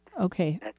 Okay